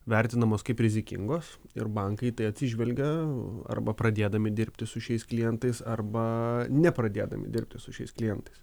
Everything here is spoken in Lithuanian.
vertinamos kaip rizikingos ir bankai į tai atsižvelgia arba pradėdami dirbti su šiais klientais arba nepradėdami dirbti su šiais klientais